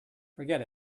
forget